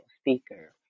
speaker